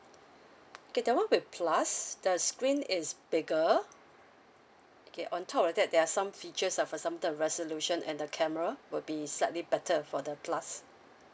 okay that [one] will be plus the screen is bigger okay on top of that there are some features ah for some of the resolution and the camera will be slightly better for the plus